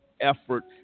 effort